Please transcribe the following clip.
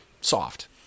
soft